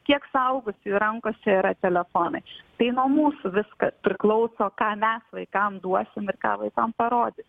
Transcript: kiek suaugusiųjų rankose yra telefonai tai nuo mūsų viskas priklauso ką mes vaikam duosim ir ką vaikam parodys